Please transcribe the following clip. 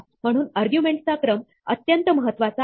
म्हणून आर्ग्युमेंटस चा क्रम अत्यंत महत्त्वाचा आहे